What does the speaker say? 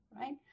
right